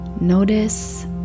Notice